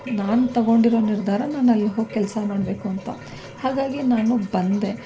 ನಾನು ತಗೊಂಡಿರೋ ನಿರ್ಧಾರ ನಾನು ಅಲ್ಲಿ ಹೋಗಿ ಕೆಲಸ ಮಾಡಬೇಕು ಅಂತ ಹಾಗಾಗಿ ನಾನು ಬಂದೆ